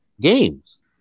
games